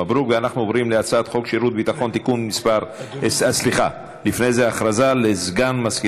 אם כן, הצעת חוק הסדר ההימורים בספורט (תיקון מס'